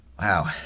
wow